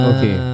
Okay